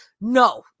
No